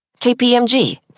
KPMG